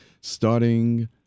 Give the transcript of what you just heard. starting